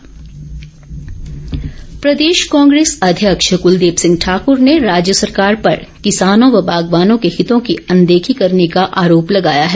राठौर प्रदेश कांग्रेस अध्यक्ष क्लदीप सिंह राठौर ने राज्य सरकार पर किसानों व बागवानों के हितों की अनदेखी करने का आरोप लगाया है